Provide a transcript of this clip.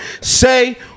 Say